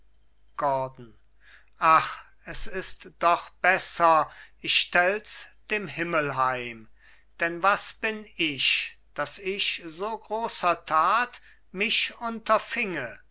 gordon ach es ist doch besser ich stells dem himmel heim denn was bin ich daß ich so großer tat mich